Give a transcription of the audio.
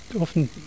often